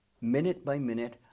minute-by-minute